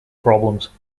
problems